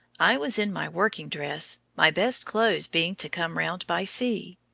i was in my working dress, my best clothes being to come round by sea.